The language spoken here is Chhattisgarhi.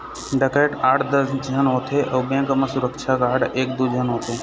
डकैत आठ दस झन होथे अउ बेंक म सुरक्छा गार्ड एक दू झन होथे